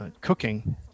cooking